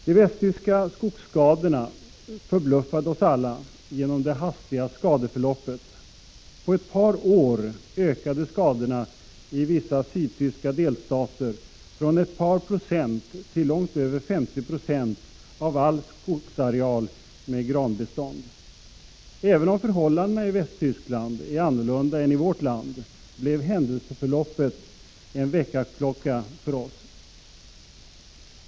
De västtyska skogsskadorna förbluffade oss alla genom det hastiga skadeförloppet. På ett par år ökade skadorna i vissa sydtyska delstater från ett par procent till långt över 50 26 av all skogsareal med granbestånd. Även om förhållandena i Västtyskland är annorlunda än här i vårt land, blev händelseförloppet där en väckarklocka för oss.